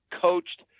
coached